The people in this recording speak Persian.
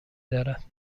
دارد